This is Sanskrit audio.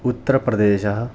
उत्तरप्रदेशः